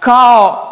kao